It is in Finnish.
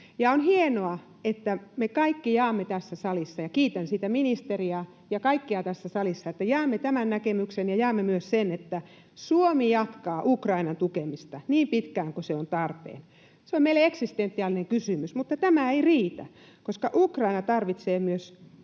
On hienoa ja kiitän siitä ministeriä ja kaikkia tässä salissa, että jaamme tämän näkemyksen ja jaamme myös sen, että Suomi jatkaa Ukrainan tukemista niin pitkään kuin se on tarpeen. Se on meille eksistentiaalinen kysymys. Mutta tämä ei riitä, koska Ukraina tarvitsee myös